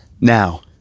Now